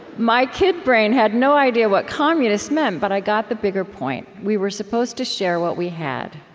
my kid brain had no idea what communists meant, but i got the bigger point. we were supposed to share what we had.